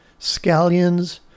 scallions